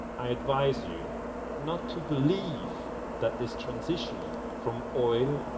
i advise you not to believe that this transition from oil,